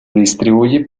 distribuye